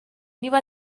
niba